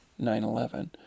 9-11